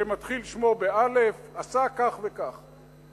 שמתחיל שמו באל"ף, עשה כך וכך.